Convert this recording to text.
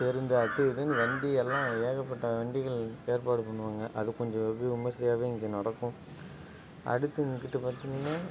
பேருந்து அது இதுன்னு வண்டி எல்லாம் ஏகப்பட்ட வண்டிகள் ஏற்பாடு பண்ணுவாங்க அது கொஞ்சம் வெகு விமர்சையாகவே இங்கே நடக்கும் அடுத்து இங்கிட்டு பார்த்தீங்கனா